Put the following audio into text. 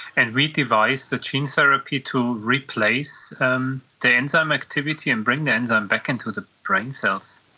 and we devised a gene therapy to replace um the enzyme activity and bring the enzyme back into the brain cells.